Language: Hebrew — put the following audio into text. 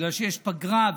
כי יש פגרה,